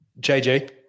JJ